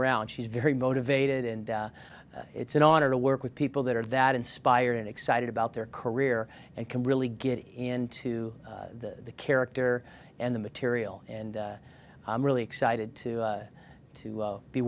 around she's very motivated and it's an honor to work with people that are that inspired and excited about their career and can really get into the character and the material and i'm really excited to